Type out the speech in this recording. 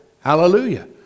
Hallelujah